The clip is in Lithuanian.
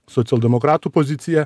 socialdemokratų pozicija